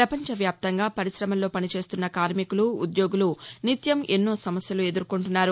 ప్రపంచ వ్యాప్తంగా పరిశమల్లో పనిచేస్తున్న కార్మికులు ఉద్యోగులు నిత్యం ఎన్నో సమస్యలు ఎదుర్కొంటున్నారు